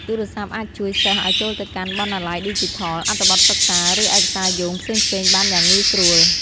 ទូរស័ព្ទអាចជួយសិស្សឲ្យចូលទៅកាន់បណ្ណាល័យឌីជីថល អត្ថបទសិក្សា ឬឯកសារយោងផ្សេងៗបានយ៉ាងងាយស្រួល។